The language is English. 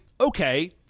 Okay